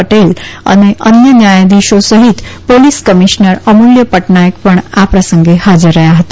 પટેલ અને અન્ય ન્યાયાધીશો સહિત પોલીસ કમિશ્નર અમુલ્ય પટનાયક પણ આ પ્રસંગે હાજર રહયા હતા